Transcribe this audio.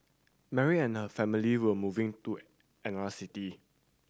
Mary and her family were moving to another city